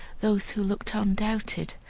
those who looked on doubted,